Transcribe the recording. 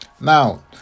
Now